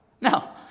No